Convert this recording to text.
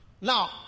Now